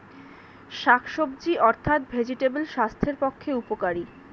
শাকসবজি অর্থাৎ ভেজিটেবল স্বাস্থ্যের পক্ষে উপকারী